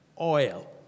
oil